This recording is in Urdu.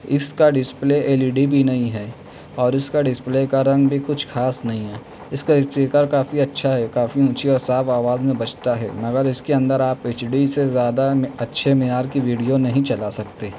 اس کا ڈسپلے ایل ای ڈی بھی نہیں ہے اور اس کا ڈسپلے کا رنگ بھی کچھ خاص نہیں ہے اس کا اسپیکر کافی اچھا ہے کافی اونچی اور صاف آواز میں بجتا ہے مگر اس کے اندر آپ ایچ ڈی سے زیادہ اچھے معیار کی ویڈیو نہیں چلا سکتے